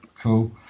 cool